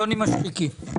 יוני מישרקי.